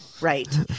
Right